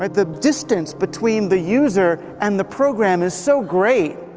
but the distance between the user and the program is so great,